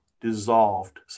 dissolved